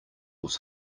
was